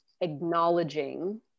acknowledging